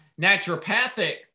naturopathic